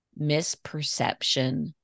misperception